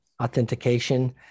authentication